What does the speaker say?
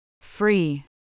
Free